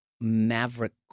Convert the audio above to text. Maverick